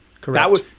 Correct